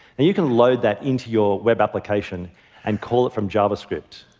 and you can load that into your web application and call it from javascript.